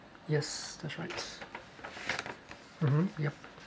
yes that's right mmhmm yup